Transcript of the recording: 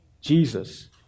Jesus